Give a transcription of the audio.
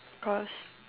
cause